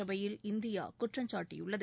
சபையில் இந்தியா குற்றம் சாட்டபுள்ளது